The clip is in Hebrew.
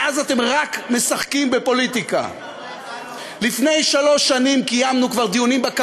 אם אתם עסוקים רק בפוליטיקה ועסוקים רק בעצמכם,